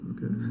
Okay